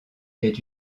est